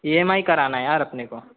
E M I कराना है यार अपने को